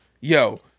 yo